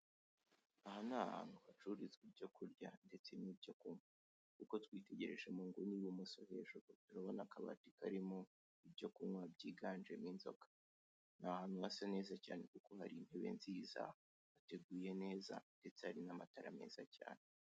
Aha ni ahantu hacururizwa ibyo kurya ndetse n'ibyo kunywa. Uko twitegereje mu nguni y'ibumoso hejuru, urabona ko ahandi harimo ibyo kunywa byiganjemo inzoga. Ni ahantu hasa neza cyane, kuko hari intebe nziza, hateguye neza ndetse hari n'amatara meza cyane.